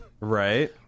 right